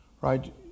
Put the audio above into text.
right